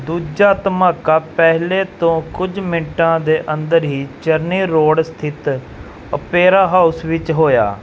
ਦੂਜਾ ਧਮਾਕਾ ਪਹਿਲੇ ਤੋਂ ਕੁਝ ਮਿੰਟਾਂ ਦੇ ਅੰਦਰ ਹੀ ਚਰਨੀ ਰੋਡ ਸਥਿਤ ਓਪੇਰਾ ਹਾਊਸ ਵਿੱਚ ਹੋਇਆ